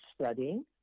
studying